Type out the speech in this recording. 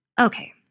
Okay